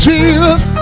Jesus